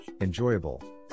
enjoyable